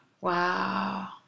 Wow